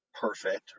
perfect